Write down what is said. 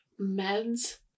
meds